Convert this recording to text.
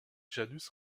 janus